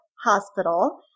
Hospital